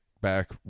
back